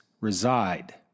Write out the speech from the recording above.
reside